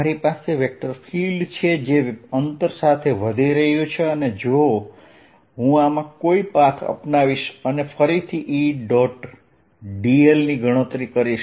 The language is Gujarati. મારી પાસે વેક્ટર ફીલ્ડ છે જે અંતર સાથે વધી રહ્યું છે અને જો હું આમાં કોઈ પાથ અપનાવીશ અને ફરીથી Edl ની ગણતરી કરીશ